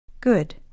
Good